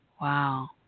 Wow